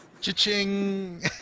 Cha-ching